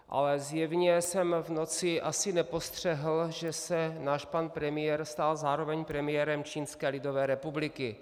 Ale zjevně jsem v noci asi nepostřehl, že se náš pan premiér stal zároveň premiérem Čínské lidové republiky.